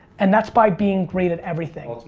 and that's by being great at everything.